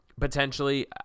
Potentially